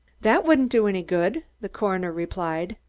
that wouldn't do any good, the coroner replied.